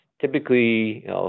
typically